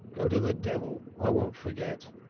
go to the devil. i won't forget.